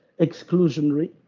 exclusionary